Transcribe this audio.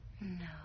No